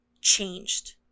changed